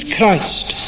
Christ